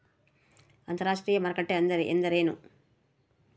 ಅಂತರಾಷ್ಟ್ರೇಯ ಮಾರುಕಟ್ಟೆ ಎಂದರೇನು?